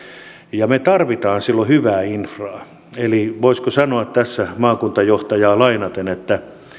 ja me tarvitsemme silloin hyvää infraa voisiko sanoa tässä maakuntajohtajaa lainaten että